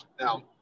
now